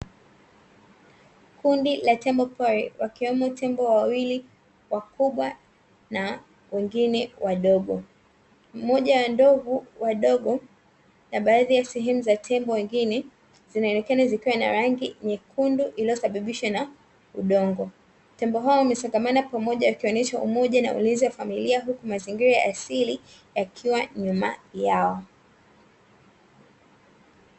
Kundi la tembo pori wakiwemo tembo wawili wakubwa na wengine wadogo, mmoja wa ndovu wadogo na sehemu ya tembo wegine zinaonekana zikiwa na rangi nyekundu iliyosababishwa na udongo, tembo wakishikama pamoja wakionyesha umoja na ulezi wa familia huku mazingira asili yakiwa nyuma yao.